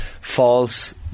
false